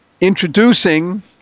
introducing